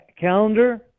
calendar